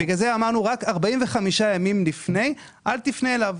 בגלל זה אמרנו שרק 45 ימים לפני, אל תפנה אליו.